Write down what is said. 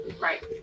Right